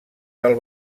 del